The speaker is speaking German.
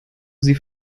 sie